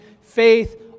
faith